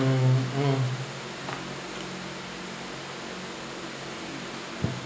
mmhmm